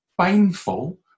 painful